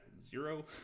zero